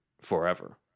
forever